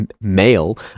male